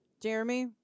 Jeremy